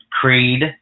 Creed